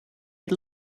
had